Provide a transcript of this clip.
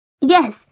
Yes